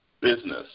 business